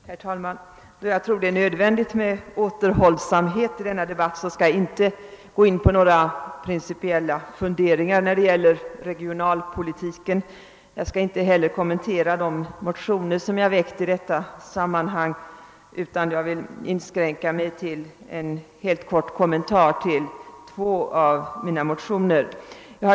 Herr talman! Eftersom jag tror det är nödvändigt med återhållsamhet i denna debatt, skall jag inte gå in på några principiella funderingar om regionalpolitiken. Jag skall inte heller närmare kommentera de motioner som jag väckt i detta sammanhang utan inskränka mig till en helt kort kommentar till två av mina motioner.